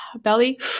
Belly